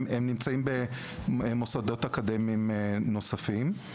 נמצאים במוסדות אקדמיים נוספים.